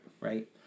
Right